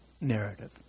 narrative